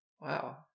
Wow